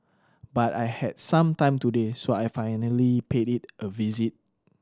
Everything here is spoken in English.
but I had some time today so I finally paid it a visit